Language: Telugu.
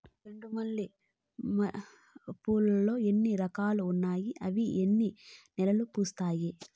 చెండు మల్లె పూలు లో ఎన్ని రకాలు ఉన్నాయి ఇవి ఎన్ని నెలలు పూస్తాయి